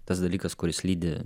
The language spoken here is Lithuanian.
tas dalykas kuris lydi